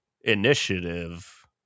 initiative